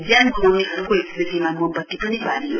ज्यान गुमाउनेहरूको स्मृतिमा मोमबत्ती पनि बालियो